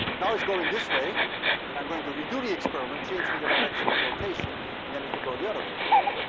now it's going this way and i'm going to redo the experiment, changing the direction of rotation, and then it will go the other way around.